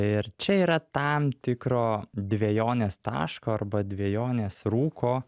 ir čia yra tam tikro dvejonės taško arba dvejonės rūko